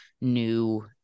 new